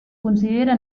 considere